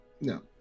no